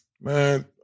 man